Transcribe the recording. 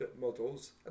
models